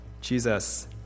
Jesus